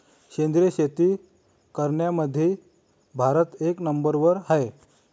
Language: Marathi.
सेंद्रिय शेती करनाऱ्याईमंधी भारत एक नंबरवर हाय